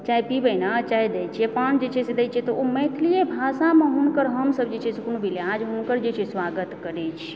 चाय पीबै ने चाय दए छियै पान जे छै से दए छियै तऽ ओ मैथिलिए भाषामे हुनकर हमसब जे छै कोनो भी लिय हुनकर जे छै से स्वागत करै छियै